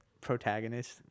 protagonist